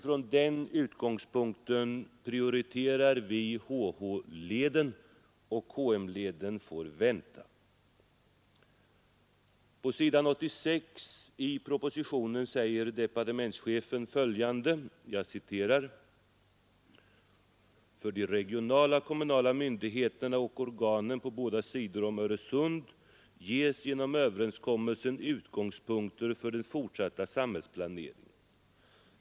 Från den utgångspunkten prioriterar vi HH-leden, medan KM-leden får vänta. På s. 86 i propositionen säger departementschefen följande: ”För de regionala och kommunala myndigheterna och organen på båda sidor om Öresund ges genom överenskommelsen utgångspunkter för den fortsatta samhällsplaneringen.